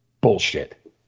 Bullshit